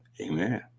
Amen